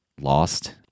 lost